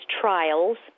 trials